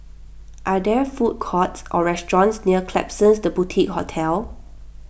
are there food courts or restaurants near Klapsons the Boutique Hotel